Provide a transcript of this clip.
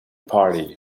party